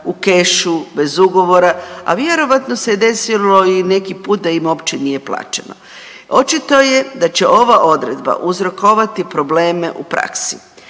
u kešu, bez ugovora, a vjerovatno se desilo i neki puta da im uopće nije plaćeno. Očito je da će ova odredba uzrokovati probleme u praksi